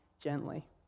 gently